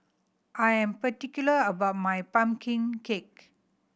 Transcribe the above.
I am particular about my pumpkin cake